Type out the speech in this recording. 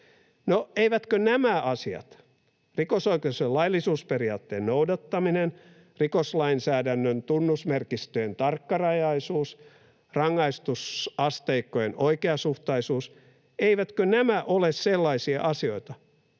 eivätkö nämä asiat — rikosoikeudellisen laillisuusperiaatteen noudattaminen, rikoslainsäädännön tunnusmerkistöjen tarkkarajaisuus, rangaistusasteikkojen oikeasuhtaisuus — eivätkö nämä ole sellaisia asioita,